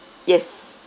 yes